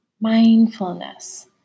mindfulness